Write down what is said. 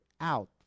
out